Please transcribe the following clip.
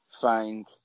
find